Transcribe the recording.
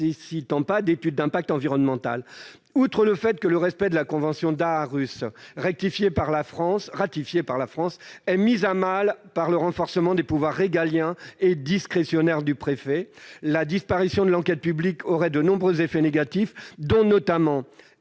ne nécessitant pas d'étude d'impact environnemental ".« Outre le fait que le respect de la convention d'Aarhus, ratifiée par la France, est mis à mal par le renforcement des pouvoirs régaliens et discrétionnaires du préfet, la disparition de l'enquête publique aurait de nombreux effets négatifs, notamment